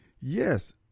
Yes